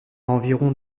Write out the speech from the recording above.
environ